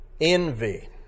envy